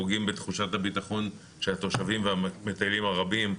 פוגעים בתחושת הביטחון של התושבים והמטיילים הרבים.